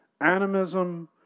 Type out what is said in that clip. animism